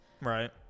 Right